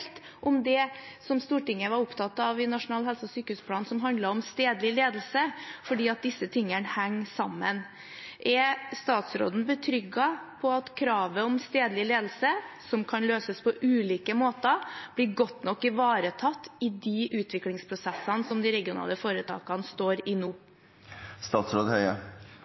om det som Stortinget var opptatt av i Nasjonal helse- og sykehusplan som handlet om stedlig ledelse, fordi disse tingene henger sammen. Er statsråden trygg på at kravet om stedlig ledelse, som kan løses på ulike måter, er godt nok ivaretatt i de utviklingsprosessene som de regionale foretakene står i